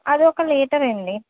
అదొక లీటర్ అండి